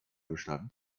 bestand